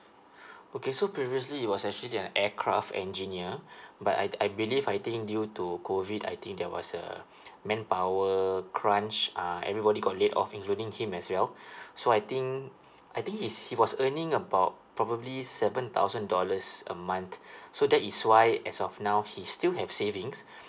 okay so previously he was actually an aircraft engineer but I I believe I think due to COVID I think there was a manpower crunch uh everybody got laid off including him as well so I think I think his he was earning about probably seven thousand dollars a month so that is why as of now he still have savings